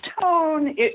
tone